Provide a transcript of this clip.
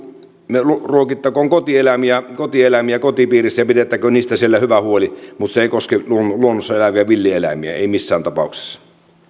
ruokittakoon kotieläimiä kotieläimiä kotipiirissä ja pidettäköön niistä siellä hyvä huoli mutta se ei koske luonnossa eläviä villieläimiä ei missään tapauksessa